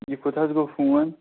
یہِ کوٚت حظ گوٚو فون